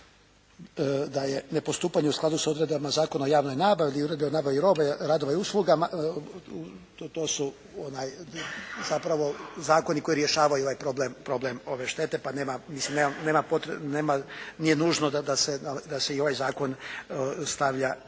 da je nepostupanje u skladu s odredbama Zakona o javnoj nabavi ili Ureda o nabavi robe, radova i usluga. To su zapravo zakoni koji rješavaju ovaj problem ove štete pa nema, mislim nema, nije nužno da se i ovaj zakon stavlja